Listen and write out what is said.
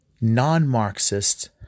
Non-Marxists